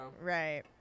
Right